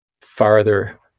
farther